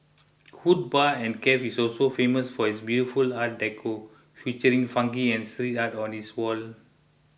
Hood Bar and Cafe is also famous for its beautiful art decor featuring funky and street art on its walls